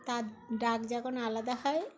তার ডাক যখন আলাদা হয়